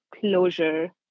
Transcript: closure